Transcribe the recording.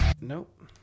Nope